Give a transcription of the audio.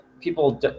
people